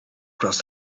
across